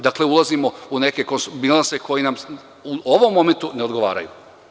Dakle, ulazimo u neke bilanse koji nam u ovom momentu ne odgovaraju.